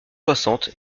soixante